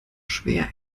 schwer